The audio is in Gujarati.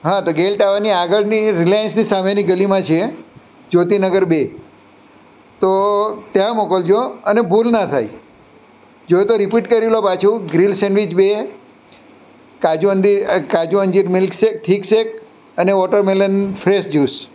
હા તો ગેલટાવરની આગળની રિલાયન્સની સામેની ગલીમાં છે જ્યોતિ નગર બે તો ત્યાં મોકલજો અને ભૂલ ના થાય જોઈએ તો રિપીટ કરી લો પાછું ગ્રીલ સેન્ડવીચ બે કાજુ અન્દીર કાજુ અંજીર મિલ્ક શેક થીક શેક અને વૉટરમેલન ફ્રેશ જ્યુસ